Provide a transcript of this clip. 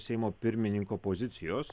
seimo pirmininko pozicijos